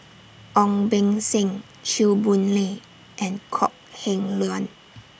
Ong Beng Seng Chew Boon Lay and Kok Heng Leun